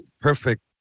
perfect